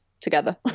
together